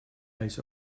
als